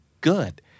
good